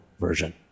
version